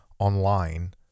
online